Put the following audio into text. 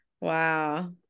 Wow